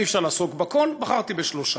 אי-אפשר לעסוק בכול, בחרתי בשלושה.